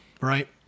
right